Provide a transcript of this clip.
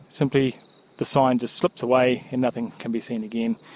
simply the sign just slips away and nothing can be seen again,